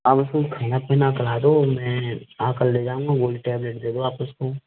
आप उसको खाना पीना करा दो मैं आकर ले जाऊँगा वो में टैबलेट दे दो आप उसको